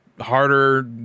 harder